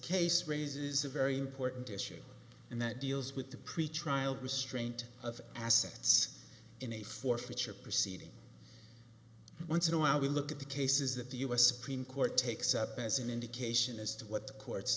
case raises a very important issue and that deals with the pretrial restraint of assets in a forfeiture proceeding once in a while we look at the cases that the u s supreme court takes up as an indication as to what the courts